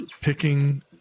picking